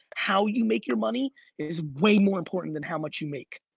how you make your money is way more important than how much you make.